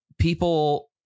People